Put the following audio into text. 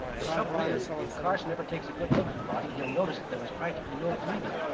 the trouble is, if carson ever takes a good look at the body he'll notice there was practically no bleeding.